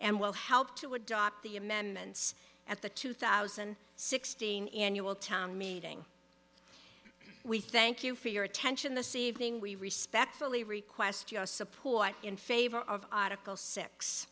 and will help to adopt the amendments at the two thousand sixteen annual town meeting we thank you for your attention this evening we respectfully request your support in favor of article six